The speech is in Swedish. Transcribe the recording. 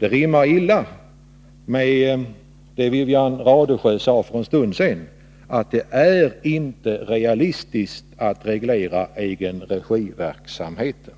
Detta rimmar illa med vad Wivi-Anne Radesjö sade för en stund sedan, nämligen att det inte är realistiskt att reglera egenregiverksamheten.